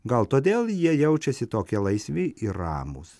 gal todėl jie jaučiasi tokie laisvi ir ramūs